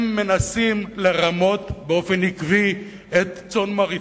מנסים לרמות באופן עקבי את צאן מרעיתם,